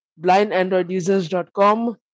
blindandroidusers.com